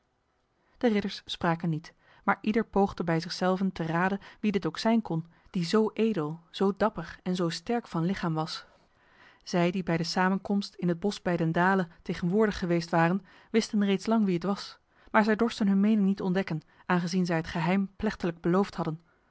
de ridders spraken niet maar ieder poogde bij zich zelven te raden wie dit ook zijn kon die zo edel zo dapper en zo sterk van lichaam was zij die bij de samenkomst in het bos bij den dale tegenwoordig geweest waren wisten reeds lang wie het was maar zij dorsten hun mening niet ontdekken aangezien zij het geheim plechtiglijk beloofd hadden